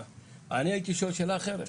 אני הייתי שואל שאלה אחרת,